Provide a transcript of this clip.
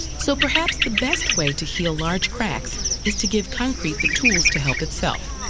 so perhaps the best way to heal large cracks is to give concrete the tools to help itself.